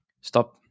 Stop